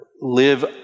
live